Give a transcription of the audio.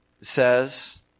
says